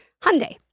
Hyundai